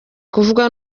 kuvuga